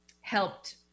helped